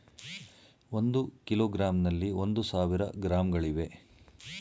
ಒಂದು ಕಿಲೋಗ್ರಾಂನಲ್ಲಿ ಒಂದು ಸಾವಿರ ಗ್ರಾಂಗಳಿವೆ